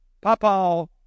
Papa